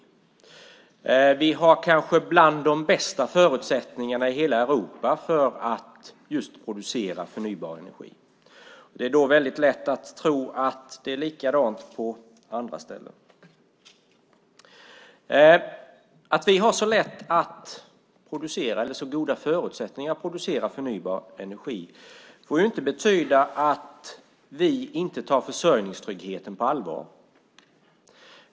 Vi har kanske bland de bästa förutsättningarna i hela Europa att producera förnybar energi. Då är det lätt att tro att det är likadant på andra ställen. Att vi har så goda förutsättningar att producera förnybar energi får inte betyda att vi inte tar försörjningstryggheten på allvar.